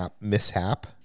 mishap